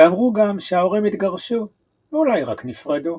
ואמרו גם שההורים התגרשו ואולי רק נפרדו.